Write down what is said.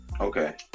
Okay